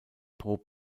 pro